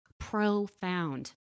profound